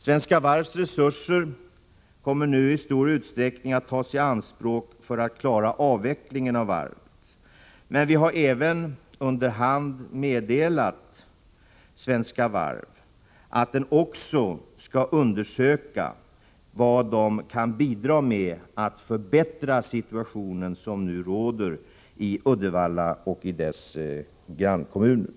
Svenska Varvs resurser kommer nu i stor utsträckning att tas i anspråk för att klara avvecklingen av Uddevallavarvet. Vi har även under hand meddelat Svenska Varv att det också skall undersöka möjligheterna att bidra till att förbättra den situation som nu råder i Uddevalla och grannkommunerna.